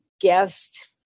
guest